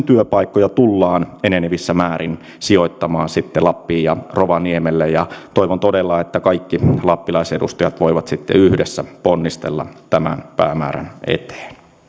työpaikkoja tullaan enenevissä määrin sijoittamaan sitten lappiin ja rovaniemelle ja toivon todella että kaikki lappilaisedustajat voivat sitten yhdessä ponnistella tämän päämäärän eteen